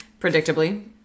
Predictably